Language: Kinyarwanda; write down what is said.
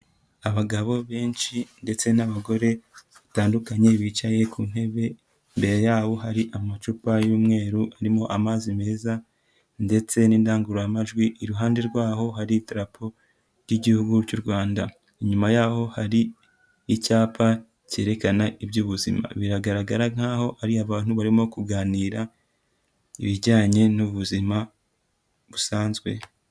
Abagabo benshi ndetse n'abagore batandukanye bicaye ku ntebe, imbere yaho hari amacupa y'umweru arimo amazi meza ndetse n'indangururamajwi, iruhande rwaho hari Idarapo ry'Igihugu cy'u Rwanda, inyuma yaho hari icyapa cyerekana iby'ubuzima, biragaragara nkaho ari abantu barimo kuganira ibijyanye n'ubuzima busanzwe.